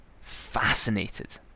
fascinated